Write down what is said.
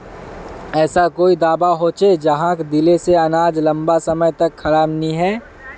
ऐसा कोई दाबा होचे जहाक दिले से अनाज लंबा समय तक खराब नी है?